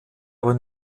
aber